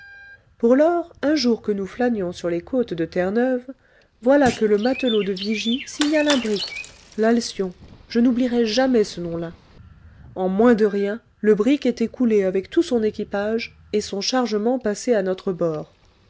pour lors un jour que nous flânions sur les côtes de terre-neuve voilà que le matelot de vigie signale un brick lalcyon je n'oublierai jamais ce nom-là en moins de rien le brick était coulé avec tout son équipage et son chargement passé à notre bord